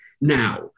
now